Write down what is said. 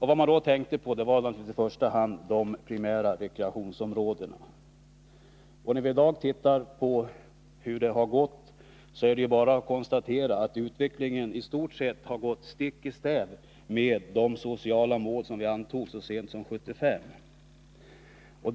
Vad man då tänkte på var naturligtvis i första hand de primära rekreationsområdena. När vi i dag tittar på hur det har gått är det bara att konstatera att utvecklingen i stort sett har gått stick i stäv mot de sociala mål som riksdagen antog så sent som 1975.